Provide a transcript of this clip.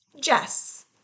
Jess